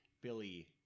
Billy